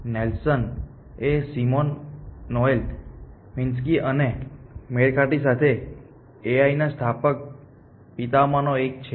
Nelson એ Simon Noel Minsky અને McCarthy સાથે AI ના સ્થાપક પિતાઓમાંના એક છે